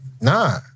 nah